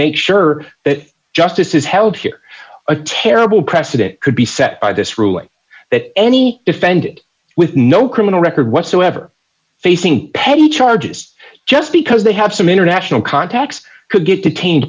make sure that justice is held here a terrible precedent could be set by this ruling that any defended with no criminal record whatsoever facing petty charges just because they have some international contacts could get detained